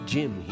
Jim